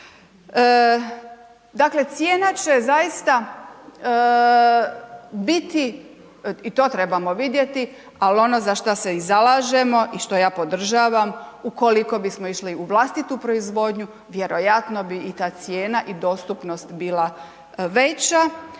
Dakle, cijena će zaista biti i to trebamo vidjeti, ali ono za šta se i zalažemo i što ja podržavam ukoliko bismo išli u vlastitu proizvodnju, vjerojatno bi i ta cijena i dostupnost bila veća